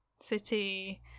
city